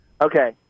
Okay